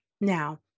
Now